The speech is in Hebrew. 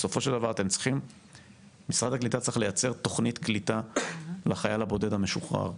בסופו של דבר משרד הקליטה צריך לייצר תוכנית קליטה לחייל הבודד המשוחרר,